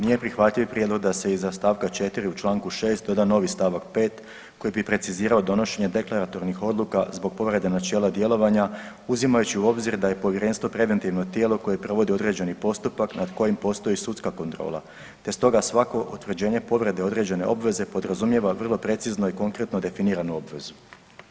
Nije prihvatljiv prijedlog da se iza stavka 4. u Članku 6. doda novi stavak 5. koji bi precizirao donošenje deklaratornih odluka zbog povrede načela djelovanja uzimajući u obzir da je povjerenstvo preventivno tijelo koje provodi određeni postupak nad kojim postoji sudska kontrola te stoga svako utvrđenje povrede određene obveze podrazumijeva vrlo precizno i konkretno definiranu obvezu.